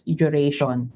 duration